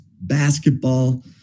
basketball